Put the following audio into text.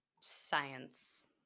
science